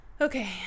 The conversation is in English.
Okay